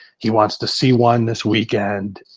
he wants to see one this weekend.